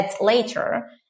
later